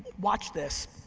watch this.